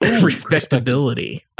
respectability